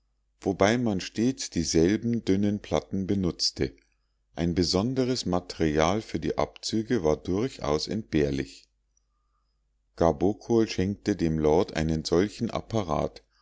wobei man stets dieselben dünnen platten benutzte ein besonderes material für die abzüge war durchaus entbehrlich gabokol schenkte dem lord einen solchen apparat